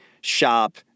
shop